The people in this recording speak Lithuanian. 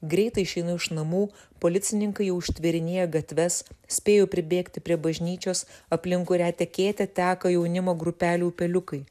greitai išeinu iš namų policininkai jau užtvėrinėja gatves spėju pribėgti prie bažnyčios aplink kurią tekėte teka jaunimo grupelių upeliukai